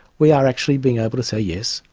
we are actually being able to say yes,